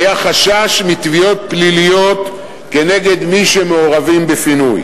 היתה חשש מתביעות פליליות כנגד מי שמעורבים בפינוי.